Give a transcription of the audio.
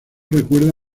recuerda